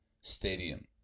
stadium